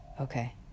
okay